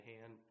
hand